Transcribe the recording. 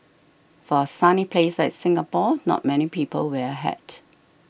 for a sunny place like Singapore not many people wear a hat